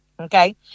Okay